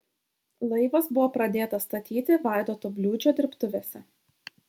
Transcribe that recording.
laivas buvo pradėtas statyti vaidoto bliūdžio dirbtuvėse